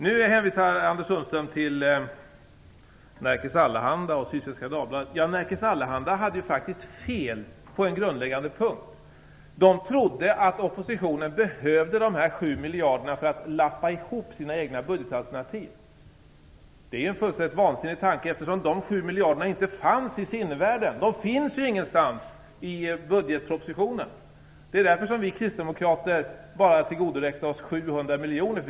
Nu hänvisar Anders Sundström till Nerikes Allehanda och Sydsvenska Dagbladet. Nerikes Allehanda hade faktiskt fel på en grundläggande punkt: Man trodde att oppositionen behövde dessa 7 miljarder för att lappa ihop sina egna budgetalternativ. Det är en fullständigt vansinnig tanke, eftersom de 7 miljarderna inte fanns i sinnevärlden. De finns ju ingenstans i budgetpropositionen. Det är därför som vi kristdemokrater bara tillgodoräknar oss 700 miljoner.